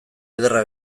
ederra